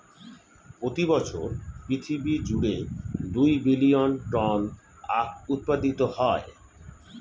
প্রতি বছর পৃথিবী জুড়ে দুই বিলিয়ন টন আখ উৎপাদিত হয়